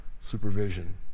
supervision